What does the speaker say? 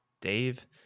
Dave